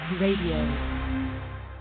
Radio